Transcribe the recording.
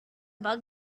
bug